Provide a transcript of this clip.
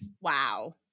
Wow